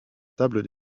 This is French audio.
table